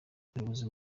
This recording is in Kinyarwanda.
umuyobozi